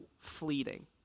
fleeting